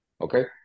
Okay